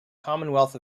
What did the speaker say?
commonwealth